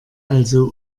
also